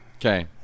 Okay